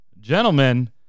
gentlemen